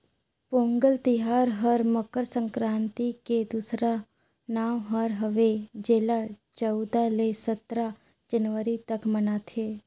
पोगंल तिहार हर मकर संकरांति के दूसरा नांव हर हवे जेला चउदा ले सतरा जनवरी तक मनाथें